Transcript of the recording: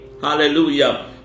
Hallelujah